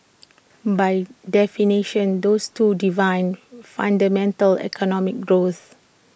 by definition those two define fundamental economic growth